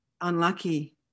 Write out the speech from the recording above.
Unlucky